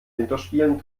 winterspielen